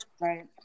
Right